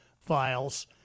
files